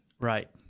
right